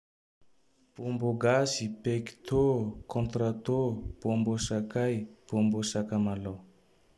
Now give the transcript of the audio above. Bômbô gasy, pectô, kôntrato, bombô sakay, bômbô sakamalao.